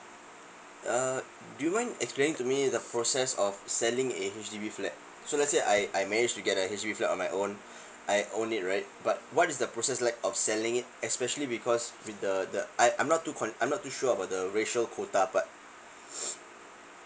err do you mind explaining to me the process of selling a H_D_B flat so let's say I I managed to get that H_D_B flat on my own I own it right but what is the process like of selling it especially because with the the I I'm not too con~ I'm not too sure about the ratio quota but